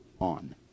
on